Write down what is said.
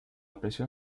presión